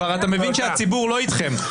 אתה כבר מבין שהציבור לא איתכם.